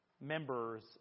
members